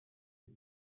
les